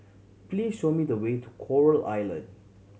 please show me the way to Coral Island